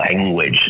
language